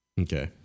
Okay